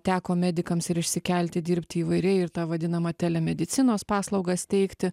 teko medikams ir išsikelti dirbti įvairiai ir tą vadinamą telemedicinos paslaugas teikti